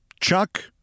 Chuck